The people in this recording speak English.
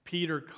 Peter